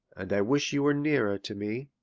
and i wish you were nearer to me.